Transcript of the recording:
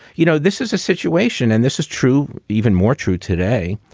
you know, this is a situation and this is true even more true today.